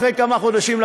אחרי כמה חודשים,